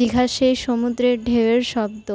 দীঘার সেই সমুদ্রের ঢেউয়ের শব্দ